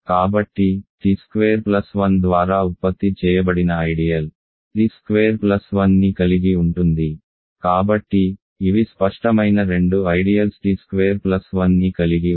కాబట్టి t square plus 1 ద్వారా ఉత్పత్తి చేయబడిన ఐడియల్ t స్క్వేర్ ప్లస్ 1 ని కలిగి ఉంటుంది కాబట్టి ఇవి స్పష్టమైన రెండు ఐడియల్స్ t స్క్వేర్ ప్లస్ 1 ని కలిగి ఉంటాయి